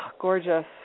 gorgeous